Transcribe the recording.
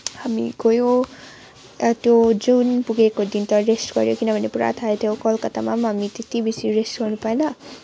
हामी गयो त्यो जुन पुगेको दिन त रेस्ट गऱ्यो किनभने पुरा थाकेको थियो कलकत्तामा पनि हामी त्यति बेसी रेस्ट गर्न पाएन